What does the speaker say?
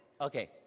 okay